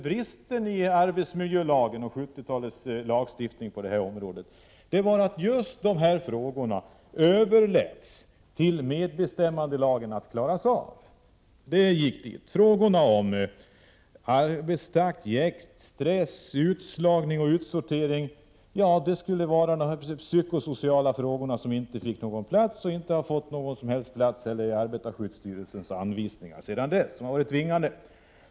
Bristen i arbetsmiljölagen och 1970 talets övriga lagstiftning på det här området var att man överlät till parterna på arbetsmarknaden att klara av sådana frågor i enlighet med vad som stadgas i medbestämmandelagen. Frågorna om arbetstakt, jäkt, stress, utslagning och utsortering, de s.k. psykosociala frågorna, fick inte någon plats, och har sedan dess inte heller fått någon plats, i arbetarskyddsstyrelsens anvisningar. Det har varit tvingande.